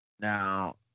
Now